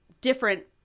different